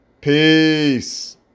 Peace